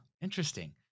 interesting